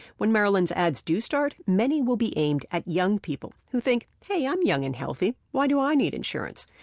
when maryland's ads do start, many will be aimed at young people who think hey, i'm young and healthy. why do i need insurance?